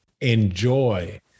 enjoy